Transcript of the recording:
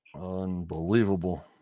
Unbelievable